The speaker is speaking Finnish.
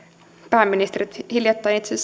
pääministerit hiljattain itse